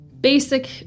basic